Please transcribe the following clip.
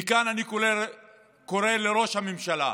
אני קורא מכאן לראש הממשלה: